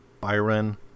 Byron